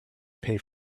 pay